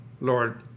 Lord